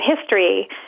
history